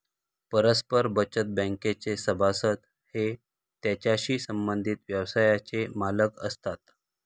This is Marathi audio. परस्पर बचत बँकेचे सभासद हे त्याच्याशी संबंधित व्यवसायाचे मालक असतात